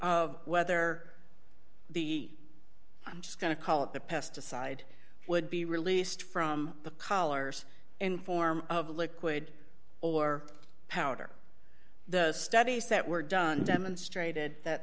of whether the i'm just going to call it the pesticide would be released from the collars in form of liquid or powder the studies that were done demonstrated that